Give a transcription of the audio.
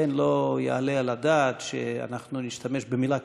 לכן לא יעלה על הדעת שאנחנו נשתמש במילה